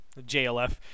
JLF